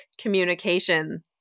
communication